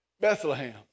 Bethlehem